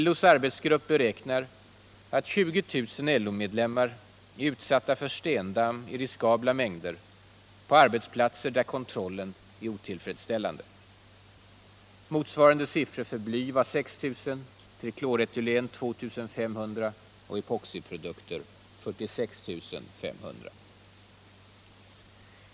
LO:s arbetsgrupp beräknar att 20 000 LO-medlemmar är utsatta för stendamm i riskabla mängder på arbetsplatser där kontrollen är otillfredsställande. Motsvarande siffror var för bly 6 000, för trikloretylen 2 500 och för epoxiprodukter 46 500.